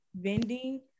Vending